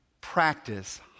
Practice